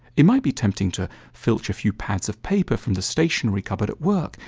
it might be tempting to filter a few pads of paper from the station recovered at work,